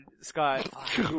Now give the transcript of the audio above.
Scott